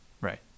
Right